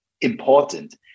important